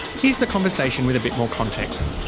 here's the conversation with a bit more context.